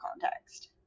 context